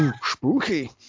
spooky